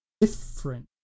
different